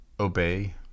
Obey